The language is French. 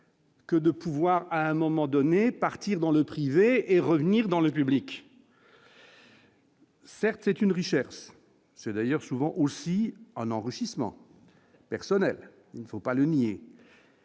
Que de pouvoir à un moment donné, partir dans le privé et revenir dans le public. Certes, c'est une richesse, c'est d'ailleurs souvent aussi un enrichissement personnel, il ne faut pas le nier.